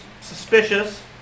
suspicious